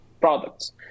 products